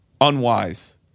unwise